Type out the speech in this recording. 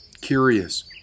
curious